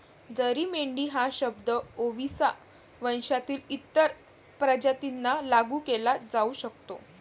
जरी मेंढी हा शब्द ओविसा वंशातील इतर प्रजातींना लागू केला जाऊ शकतो